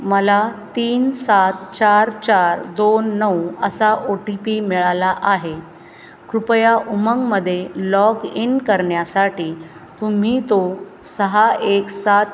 मला तीन सात चार चार दोन नऊ असा ओ टी पी मिळाला आहे कृपया उमंगमध्ये लॉग इन करण्यासाठी तुम्ही तो सहा एक सात